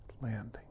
landing